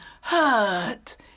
hurt